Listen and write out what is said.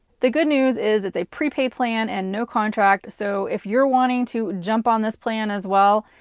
the good news is, it's a prepaid plan and no contract, so if you're wanting to jump on this plan as well,